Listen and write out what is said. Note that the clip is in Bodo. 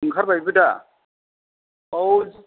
ओंखारबायबो दा औ